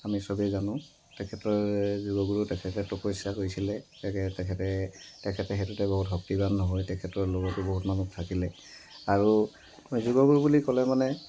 আমি চবেই জানো তেখেতৰেই যোগগুৰু তেখেতেই তপস্যা কৰিছিলে তেখে তেখেতে তেখেতে সেইটোতে বহুত শক্তিবান হৈ তেখেতৰ লগতো বহুত মানুহ থাকিলে আৰু যোগগুৰু বুলি ক'লে মানে